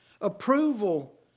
approval